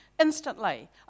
instantly